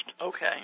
Okay